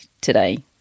today